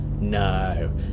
No